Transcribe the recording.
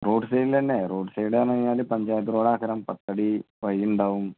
road സൈഡിൽ തന്നെ road side ആണ് എന്ന് പറഞ്ഞ് കഴിഞ്ഞാൽ പഞ്ചായത്ത് റോഡ് പത്തടി വഴിയുണ്ടാകും